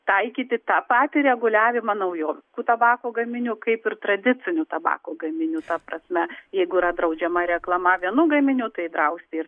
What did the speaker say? taikyti tą patį reguliavimą naujoviškų tabako gaminių kaip ir tradicinių tabako gaminių ta prasme jeigu yra draudžiama reklama vienu gaminiu tai drausti ir